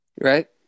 Right